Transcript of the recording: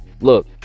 look